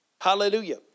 Hallelujah